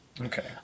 Okay